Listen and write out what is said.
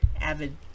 avid